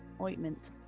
ointment